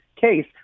case